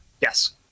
Yes